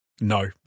No